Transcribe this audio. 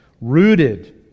rooted